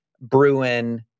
Bruin